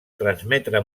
transmetre